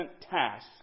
task